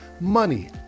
money